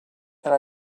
and